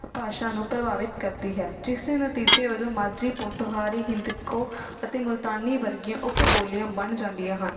ਭਾਸ਼ਾ ਨੂੰ ਪ੍ਰਭਾਵਿਤ ਕਰਦੀ ਹੈ ਜਿਸ ਦੇ ਨਤੀਜੇ ਵੱਜੋਂ ਮਾਝੀ ਪੋਠੋੋਹਾਰੀ ਹਿੰਦਕੋ ਅਤੇ ਮੁਲਤਾਨੀ ਵਰਗੀਆਂ ਉੱਪ ਬੋਲ਼ੀਆਂ ਬਣ ਜਾਂਦੀਆਂ ਹਨ